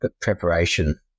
preparation